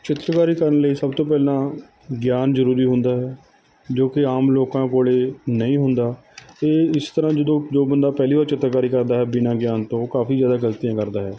ਚਿੱਤਰਕਾਰੀ ਕਰਨ ਲਈ ਸਭ ਤੋਂ ਪਹਿਲਾਂ ਗਿਆਨ ਜ਼ਰੂਰੀ ਹੁੰਦਾ ਹੈ ਜੋ ਕਿ ਆਮ ਲੋਕਾਂ ਕੋਲ਼ ਨਹੀਂ ਹੁੰਦਾ ਇਹ ਇਸ ਤਰ੍ਹਾਂ ਜਦੋਂ ਜੋ ਬੰਦਾ ਪਹਿਲੀ ਵਾਰ ਚਿੱਤਰਕਾਰੀ ਕਰਦਾ ਹੈ ਬਿਨਾਂ ਗਿਆਨ ਤੋਂ ਉਹ ਕਾਫੀ ਜ਼ਿਆਦਾ ਗਲਤੀਆਂ ਕਰਦਾ ਹੈ